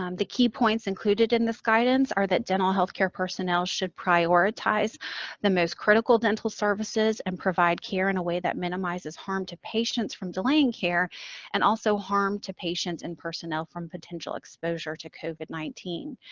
um the key points included in this guidance are that dental healthcare personnel should prioritize the most critical dental services and provide care in a way that minimizes harm to patients from delaying care and also harm to patients and personnel from potential exposure to covid nineteen.